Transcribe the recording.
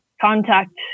contact